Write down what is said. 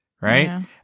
Right